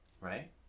Right